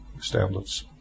standards